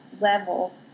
level